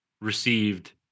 received